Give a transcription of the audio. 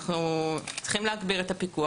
אנחנו צריכים להגביר את הפיקוח.